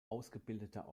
ausgebildeter